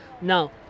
Now